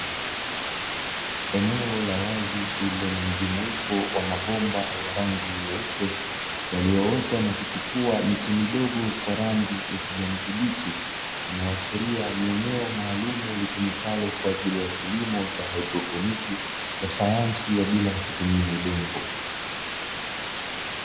Eneo la wazi lililonamjumuiko wa mabomba ya rangi nyeupe, yaliyoota na kuchipua miche midogo kwa rangi ya kijani kibichi. Linaloashiria ni eneo maalumu litumikalo kwa ajili ya kilimo cha "hydroponiki" cha sayansi ya bila ya kutumia udongo.